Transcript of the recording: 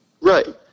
right